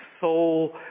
soul